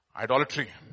Idolatry